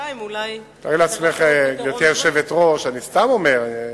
תארי לעצמך, גברתי היושבת-ראש, אני סתם אומר,